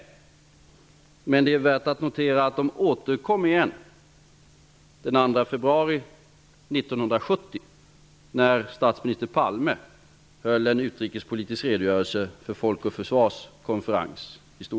Men det är värt att notera att de återkom igen den 2 februari 1970 när statsminister